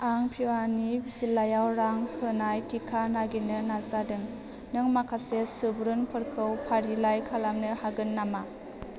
आं फिवानि जिल्लायाव रां होनाय थिखा नागिरनो नाजादों नों माखासे सुबुरुनफोरखौ फारिलाइ खालामनो हागोन नामा